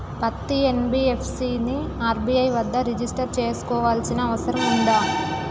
పత్తి ఎన్.బి.ఎఫ్.సి ని ఆర్.బి.ఐ వద్ద రిజిష్టర్ చేసుకోవాల్సిన అవసరం ఉందా?